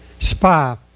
spy